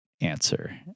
answer